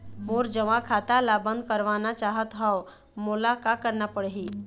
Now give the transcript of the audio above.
मोर जमा खाता ला बंद करवाना चाहत हव मोला का करना पड़ही?